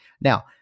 Now